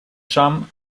sam